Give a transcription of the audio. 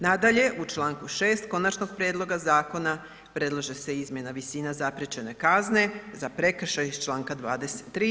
Nadalje, u Članku 6. konačnog prijedloga zakona predlaže se izmjena visine zapriječene kazne za prekršaj iz Članka 23.